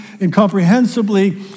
incomprehensibly